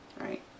right